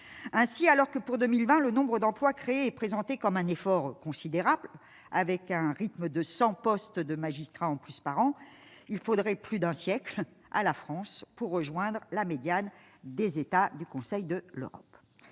ainsi alors que pour 2020 le nombre d'emplois créés, présentée comme un effort considérable avec un rythme de 100 postes de magistrats en plus par an, il faudrait plus d'un siècle à la France pour rejoindre la médiane des États du Conseil de l'Europe,